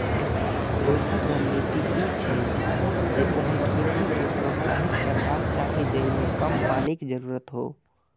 दोसर रणनीति ई छै, जे ओहन खेती कें प्रोत्साहित करबाक चाही जेइमे कम पानिक जरूरत हो